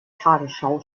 tagesschau